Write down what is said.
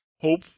Hope